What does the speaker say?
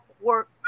work